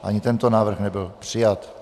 Ani tento návrh nebyl přijat.